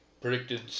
Predicted